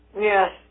Yes